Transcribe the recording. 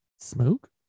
smoke